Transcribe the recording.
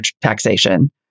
taxation